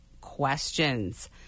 questions